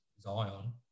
Zion